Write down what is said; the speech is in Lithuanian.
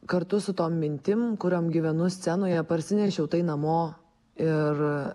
kartu su tom mintim kuriom gyvenu scenoje parsinešiau namo ir